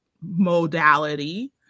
modality